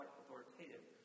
authoritative